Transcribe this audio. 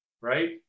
right